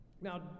Now